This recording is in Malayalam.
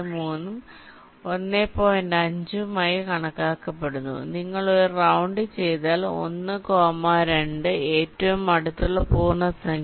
5 ഉം ആയി കണക്കാക്കുന്നു നിങ്ങൾ ഒരു റൌണ്ട് ചെയ്താൽ 1 കോമ 2 ഏറ്റവും അടുത്തുള്ള പൂർണ്ണസംഖ്യ